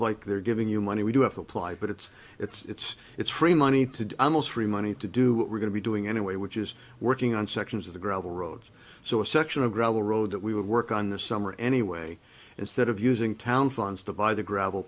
like they're giving you money we do have to apply but it's it's it's free money to do i'm most free money to do what we're going to be doing anyway which is working on sections of the gravel roads so a section of gravel road that we would work on this summer anyway instead of using town funds to buy the gravel